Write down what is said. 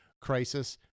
crisis